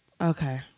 Okay